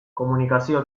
komunikazio